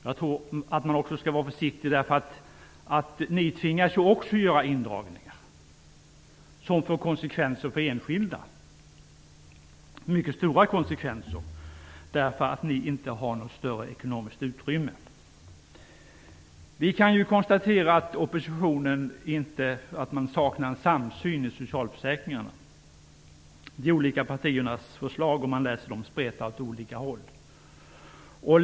Jag tror att ni också skall vara försiktiga eftersom ni också tvingas göra indragningar som får mycket stora konsekvenser för enskilda människor därför att ni inte har något större ekonomiskt utrymme. Vi kan konstatera att oppositionen saknar en samsyn i socialförsäkringarna. De olika partiernas förslag spretar åt olika håll.